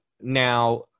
Now